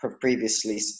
previously